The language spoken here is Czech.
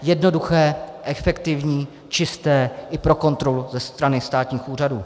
Jednoduché, efektivní, čisté i pro kontrolu ze strany státních úřadů.